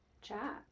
chat